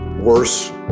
worse